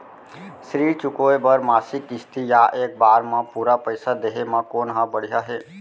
ऋण चुकोय बर मासिक किस्ती या एक बार म पूरा पइसा देहे म कोन ह बढ़िया हे?